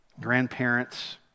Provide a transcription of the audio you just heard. grandparents